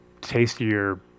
tastier